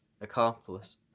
accomplice